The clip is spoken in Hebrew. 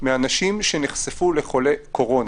מאנשים שנחשפו לחולי קורונה.